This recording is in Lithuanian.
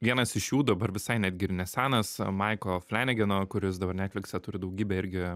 vienas iš jų dabar visai netgi ir nesenas maiko flenigano kuris dabar netflikse turi daugybę irgi